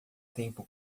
tempo